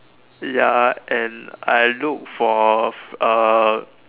ya and I look for uh